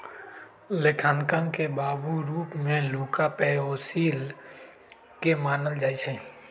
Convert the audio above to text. लेखांकन के बाबू के रूप में लुका पैसिओली के मानल जाइ छइ